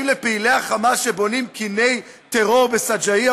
האם לפעילי החמאס שבונים קיני טרור בשג'אעיה